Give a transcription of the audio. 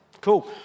Cool